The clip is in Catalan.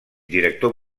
director